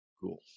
Cool